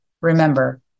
remember